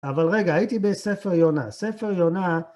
אבל רגע, הייתי בספר יונה. ספר יונה...